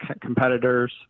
competitors